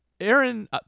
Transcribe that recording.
Aaron